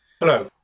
Hello